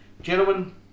Gentlemen